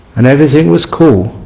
and everything was cool.